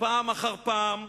פעם אחר פעם.